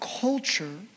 culture